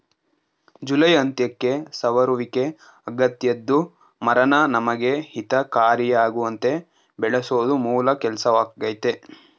July ಅಂತ್ಯಕ್ಕೆ ಸವರುವಿಕೆ ಅಗತ್ಯದ್ದು ಮರನ ನಮಗೆ ಹಿತಕಾರಿಯಾಗುವಂತೆ ಬೆಳೆಸೋದು ಮೂಲ ಕೆಲ್ಸವಾಗಯ್ತೆ